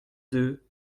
deux